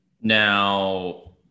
now